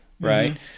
right